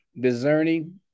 discerning